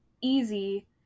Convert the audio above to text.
easy